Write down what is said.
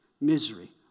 Misery